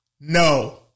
no